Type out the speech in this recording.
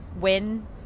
win